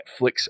Netflix